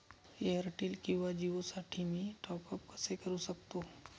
Airtel किंवा जिओसाठी मी टॉप ॲप कसे करु शकतो?